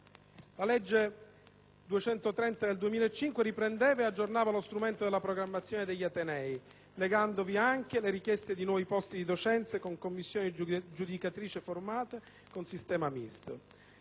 La legge n. 230 del 2005 riprendeva ed aggiornava lo strumento della programmazione degli atenei, legandovi anche le richieste di nuovi posti di docenza, con commissioni giudicatrici formate con sistema misto